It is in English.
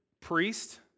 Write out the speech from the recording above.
priest